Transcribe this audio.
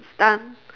done